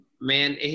Man